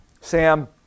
Sam